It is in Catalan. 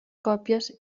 còpies